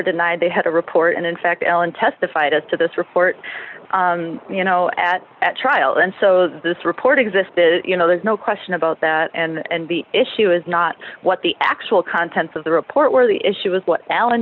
denied they had a report and in fact allen testified as to this report you know at trial and so this report existed you know there's no question about that and the issue is not what the actual contents of the report were the issue was what alan